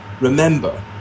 Remember